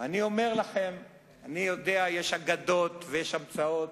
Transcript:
אני יודע, יש אגדות ויש המצאות,